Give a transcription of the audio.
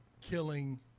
killing